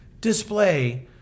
display